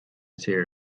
tíre